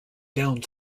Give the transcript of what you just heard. down